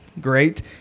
Great